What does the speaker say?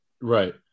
right